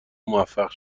موفق